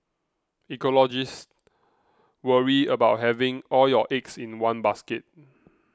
ecologists worry about having all your eggs in one basket